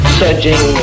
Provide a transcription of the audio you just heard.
surging